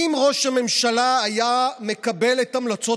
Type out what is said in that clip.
אם ראש הממשלה היה מקבל את המלצות